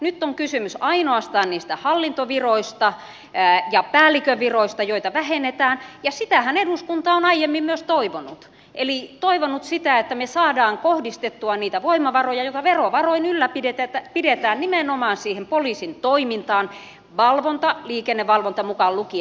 nyt on kysymys ainoastaan niistä hallintoviroista ja päällikön viroista joita vähennetään ja sitähän eduskunta on aiemmin myös toivonut eli toivonut sitä että me saamme kohdistettua niitä voimavaroja joita verovaroin ylläpidetään nimenomaan siihen poliisin toimintaan liikennevalvonta mukaan lukien